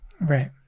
Right